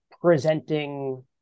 presenting